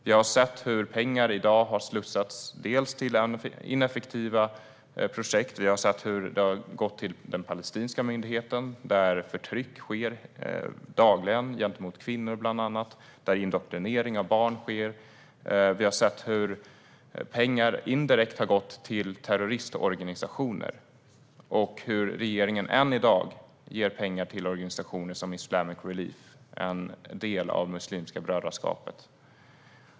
Vi har sett hur pengar har slussats till ineffektiva projekt. Vi har också sett hur pengar har gått till palestinska myndigheten, där förtryck av bland andra kvinnor och indoktrinering av barn sker dagligen. Vi har sett hur pengar indirekt har gått till terroristorganisationer. Än i dag ger regeringen pengar till organisationen Islamic Relief som är en del av Muslimska brödraskapet.